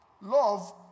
Love